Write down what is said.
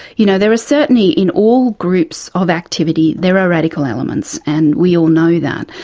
you know, there are certainly, in all groups of activity, there are radical elements, and we all know that,